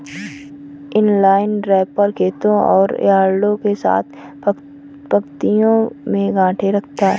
inline wrapper खेतों और यार्डों के साथ पंक्तियों में गांठें रखता है